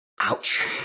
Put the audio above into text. Ouch